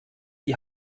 die